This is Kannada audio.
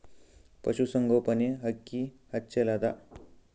ಪಶುಸಂಗೋಪನೆ ಅಕ್ಕಿ ಹೆಚ್ಚೆಲದಾ?